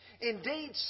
indeed